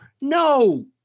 No